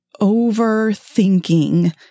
overthinking